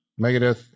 Megadeth